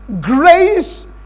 Grace